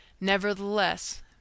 Nevertheless